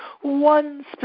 one